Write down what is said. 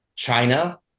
China